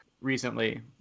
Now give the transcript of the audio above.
recently